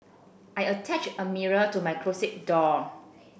I attached a mirror to my closet door